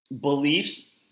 beliefs